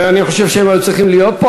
ואני חושב שהם היו צריכים להיות פה.